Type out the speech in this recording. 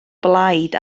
blaid